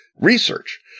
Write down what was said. research